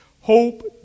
hope